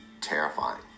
terrifying